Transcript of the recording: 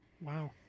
Wow